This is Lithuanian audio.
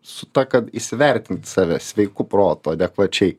su ta kad įsivertint save sveiku protu adekvačiai